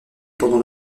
pendant